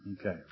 Okay